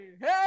hey